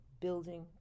building